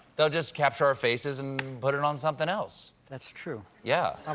they'll just capture our faces and put it on something else. that's true, yeah um